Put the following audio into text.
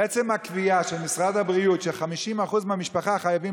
בעצם הקביעה של משרד הבריאות ש-50% מהמשפחה חייבים